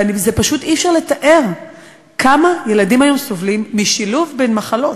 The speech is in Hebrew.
פשוט אי-אפשר לתאר כמה ילדים סובלים היום משילוב של מחלות.